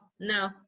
No